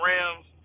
Rams